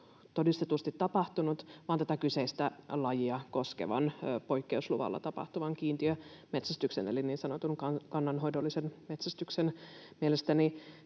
todistetusti tapahtunut, vaan tätä kyseistä lajia koskevan poikkeusluvalla tapahtuvan kiintiömetsästyksen eli niin sanotun kannanhoidollisen metsästyksen. Mielestäni